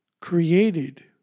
created